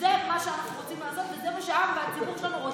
שזה מה שאנחנו רוצים לעשות וזה מה שהעם והציבור שלנו רוצים.